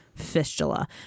fistula